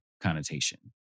connotation